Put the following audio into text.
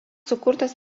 sukurtas